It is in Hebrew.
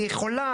היא יכולה,